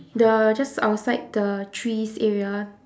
the just outside the trees area